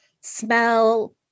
smell